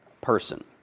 person